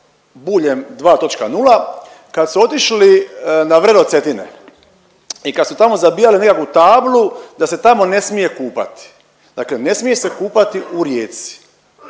Buljem 2.0 kad su otišli na vrelo Cetine i kad su tamo zabijali nekakvu tablu da se tamo ne smije kupati, dakle ne smije se kupati u rijeci.